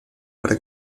para